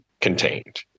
contained